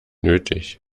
nötig